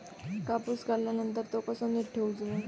कापूस काढल्यानंतर तो कसो नीट ठेवूचो?